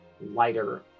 lighter